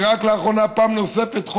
ורק לאחרונה פעם נוספת,